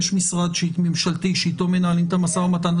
יש משרד ממשלתי שאיתו מנהלים את המשא ומתן,